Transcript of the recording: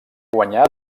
guanyà